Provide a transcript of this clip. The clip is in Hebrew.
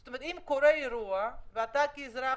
זאת אומרת, אם קורה אירוע, ואתה כאזרח